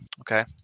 okay